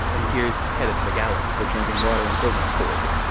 and here's kenneth mcgowan the drinking water in prison is horrible.